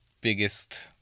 biggest